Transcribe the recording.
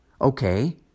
Okay